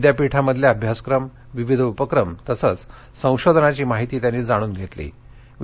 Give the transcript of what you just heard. विद्यापीठामधल अभ्यासक्रम विविध उपक्रम तसंच संशोधनाची माहिती त्यांनी जाणून घक्की